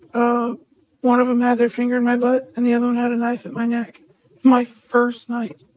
ah one of them had their finger in my butt and the other one had a knife at my neck my first night.